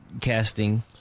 casting